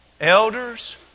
elders